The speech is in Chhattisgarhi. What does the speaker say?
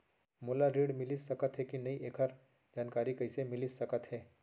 मोला ऋण मिलिस सकत हे कि नई एखर जानकारी कइसे मिलिस सकत हे?